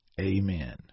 Amen